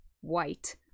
white